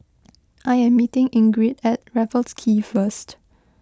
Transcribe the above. I am meeting Ingrid at Raffles Quay first